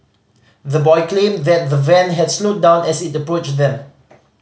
the boy claimed that the van had slowed down as it approached them